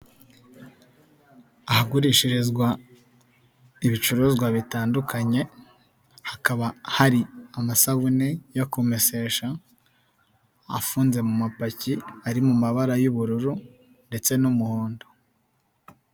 Ahagurishirizwa ibicuruzwa bitandukanye, hakaba hari amasabune yo kumesesha, afunze mu mumapaki ari mu mabara y'ubururu ndetse n'umuhondo.